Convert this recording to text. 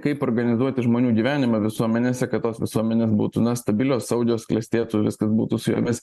kaip organizuoti žmonių gyvenimą visuomenėse kad tos visuomenės būtų na stabilios saugios klestėtų viskas būtų su jomis